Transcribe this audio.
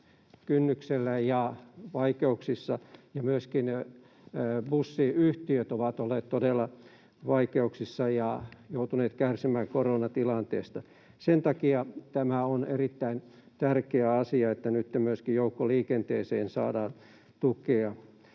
kynnyksellä ja vaikeuksissa, ja myöskin bussiyhtiöt ovat olleet todella vaikeuksissa ja joutuneet kärsimään koronatilanteesta. Sen takia tämä on erittäin tärkeä asia, että nytten myöskin joukkoliikenteeseen saadaan tukea.